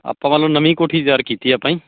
ਆਪਾਂ ਵੱਲੋਂ ਨਵੀਂ ਕੋਠੀ ਤਿਆਰ ਕੀਤੀ ਆਪਾਂ ਜੀ